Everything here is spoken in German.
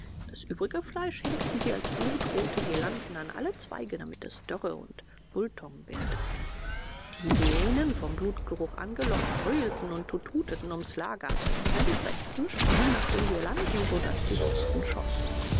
das übrige fleisch hängten sie als blutrote girlanden an alle zweige damit es dörre und bulltong werde die hyänen vom blutgeruch angelockt heulten und tututeten ums lager ja die frechsten sprangen nach den girlanden so daß die posten schossen